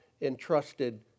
entrusted